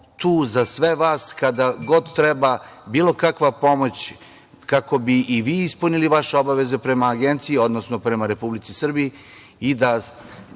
tu za sve vas kada god treba bilo kakva pomoć, kako bi i vi ispunili vaše obaveze prema Agenciji, odnosno prema Republici Srbiji